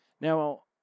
Now